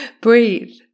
breathe